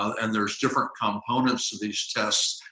and there's different components of these tests,